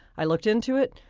i looked into it.